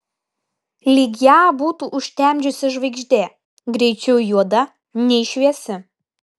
lyg ją būtų užtemdžiusi žvaigždė greičiau juoda nei šviesi